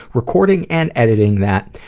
recording, and editing that,